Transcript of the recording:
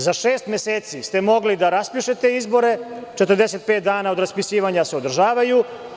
Za šest meseci ste mogli da raspišete izbore, 45 dana od raspisivanja se održavaju.